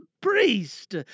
priest